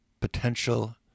potential